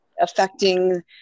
affecting